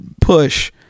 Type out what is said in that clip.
Push